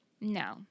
No